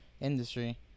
industry